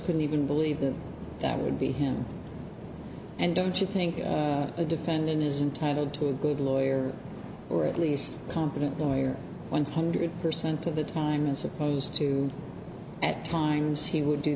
couldn't even believe that that would be him and don't you think a defendant is entitled to a good lawyer or at least competent lawyer one hundred percent of the time and supposed to at times he would do